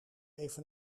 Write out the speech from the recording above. even